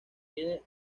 tiene